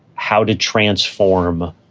how to transform